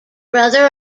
brother